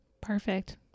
Perfect